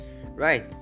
right